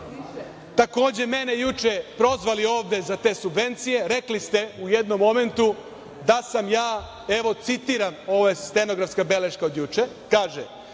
takođe mene juče prozvali ovde za te subvencije, rekli ste u jednom momentu da sam ja, evo, citiram, ovo je stenografska beleška od juče, kaže: